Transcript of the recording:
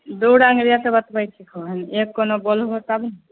दुइ रङ्ग रेट बतबै छिकहो हइ एक कोनो बोलबहो तब ने